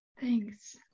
Thanks